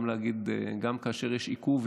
גם כאשר יש עיכוב,